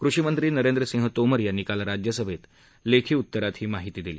कृषीमंत्री नरेंद्रसिंह तोमर यांनी काल राज्यसभेत एका लेखी उत्तरात ही माहिती दिली